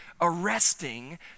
arresting